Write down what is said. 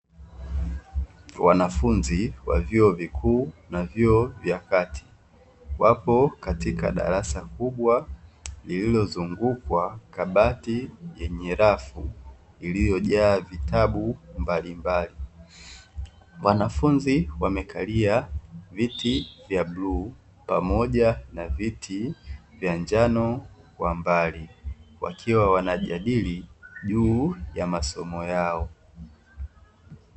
Wanafunzi wa vyuo vikuu na vyuo vya kati, wapo katika darasa kubwa lililozungukwa kabati yenye rafu iliyojaa vitabu mbalimbali. Wanafunzi wamekalia viti vya bluu, pamoja na viti vya njano kwa mbali, wakiwa wanajadili juu ya masomo yao.